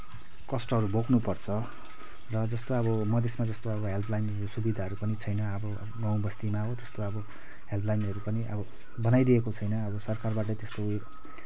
कष्टहरू भोग्नुपर्छ र जस्तो अब मधेसमा जस्तो अब हेल्पलाइनहरूको सुविधाहरू पनि छैन अब गाउँबस्तीमा हो त्यस्तो अब हेल्पलाइनहरू पनि अब बनाइदिएको छैन अब सरकारबाट त्यस्तो उयो